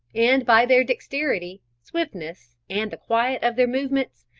and by their dexterity, swiftness, and the quiet of their movements,